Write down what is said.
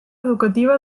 educativa